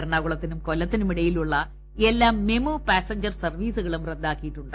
എറണാകുളത്തിനും കൊല്ലത്തിനുമിടയിൽ ഉള്ള എല്ലാ മെമു പാസഞ്ചർ സർവ്വീസുകളും റദ്ദാക്കിയിട്ടുണ്ട്